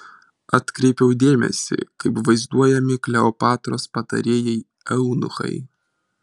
atkreipiau dėmesį kaip vaizduojami kleopatros patarėjai eunuchai